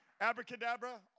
Abracadabra